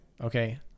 Okay